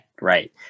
right